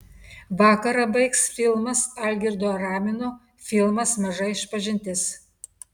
vakarą baigs filmas algirdo aramino filmas maža išpažintis